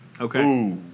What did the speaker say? Okay